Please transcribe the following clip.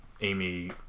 Amy